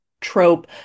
trope